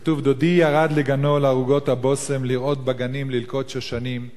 כתוב: "דודי ירד לגנו לערוגות הבשם לרעות בגנים ללקט שושנים".